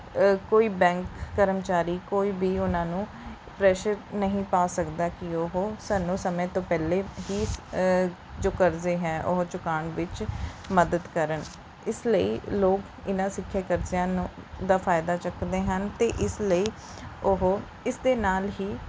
ਕੋਈ ਬੈਂਕ ਕਰਮਚਾਰੀ ਕੋਈ ਵੀ ਉਹਨਾਂ ਨੂੰ ਪਰੈਸ਼ਰ ਨਹੀਂ ਪਾ ਸਕਦਾ ਕਿ ਉਹ ਸਾਨੂੰ ਸਮੇਂ ਤੋਂ ਪਹਿਲੇ ਹੀ ਜੋ ਕਰਜ਼ੇ ਹੈ ਉਹ ਚੁਕਾਉਣ ਵਿੱਚ ਮਦਦ ਕਰਨ ਇਸ ਲਈ ਲੋਕ ਇਹਨਾਂ ਸਿੱਖਿਆ ਕਰਜ਼ਿਆਂ ਨੂੰ ਦਾ ਫਾਇਦਾ ਚੱਕਦੇ ਹਨ ਅਤੇ ਇਸ ਲਈ ਉਹ ਇਸ ਦੇ ਨਾਲ ਹੀ